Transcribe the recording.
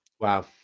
wow